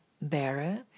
bearer